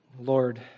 Lord